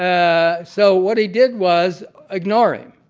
ah so, what he did was ignore him.